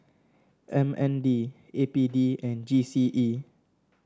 M N D A P D and G C E